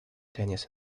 tennis